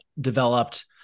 developed